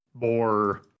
more